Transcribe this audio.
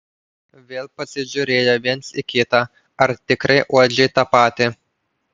vėl pasižiūrėjo viens į kitą ar tikrai uodžia tą patį